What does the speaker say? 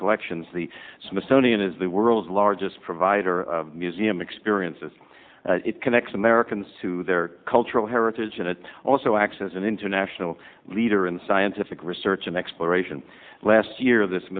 collections the smithsonian is the world's largest provider of museum experiences it connects americans to their cultural heritage and it also acts as an international leader in the scientific research and exploration last year of this